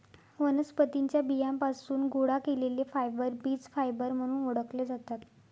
वनस्पतीं च्या बियांपासून गोळा केलेले फायबर बीज फायबर म्हणून ओळखले जातात